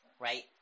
right